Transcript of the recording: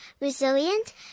resilient